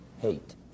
hate